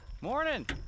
Morning